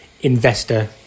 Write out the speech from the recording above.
investor